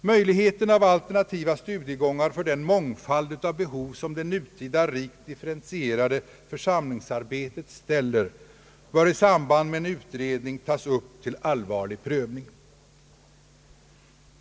Möjligheten av alternativa studiegångar för den mångfald av behov som det nutida rikt differentierade församlingsarbetet ställer bör i samband med en utredning tagas upp till allvarlig prövning.